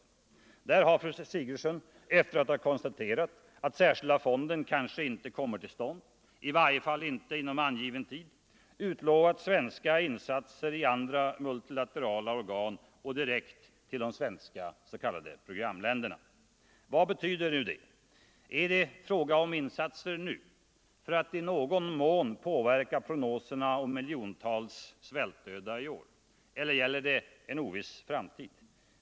pen Där har fru Sigurdsen, efter att ha konstaterat att den särskilda fonden kanske inte kommer till stånd, i varje fall inte inom angiven tid, utlovat svenska insatser i andra multilaterala organ och direkt till de svenska s.k. programländerna. Vad betyder det? Är det fråga om insatser nu, för att i någon mån påverka prognoserna om miljontals svältdöda i år, eller gäller det en oviss framtid?